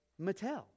Mattel